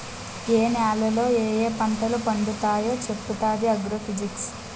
ఏ నేలలో యాయా పంటలు పండుతావో చెప్పుతాది ఆగ్రో ఫిజిక్స్